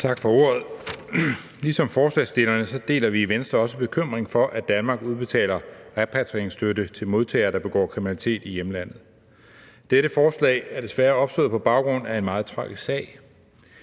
Tak for ordet. Ligesom forslagsstillerne deler vi i Venstre også bekymringen for, at Danmark udbetaler repatrieringsstøtte til modtagere, der begår kriminalitet i hjemlandet. Dette forslag er desværre opstået på baggrund af en meget tragisk sag.